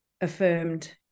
affirmed